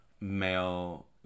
male